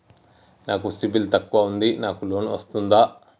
నాకు సిబిల్ తక్కువ ఉంది నాకు లోన్ వస్తుందా?